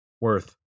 worth